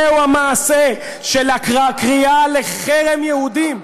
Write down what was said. זה המעשה של הקריאה לחרם על יהודים,